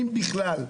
אם בכלל,